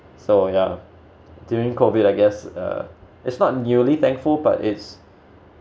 so ya during COVID I guess uh it's not you only thankful but it's